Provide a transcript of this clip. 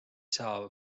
saa